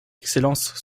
excellence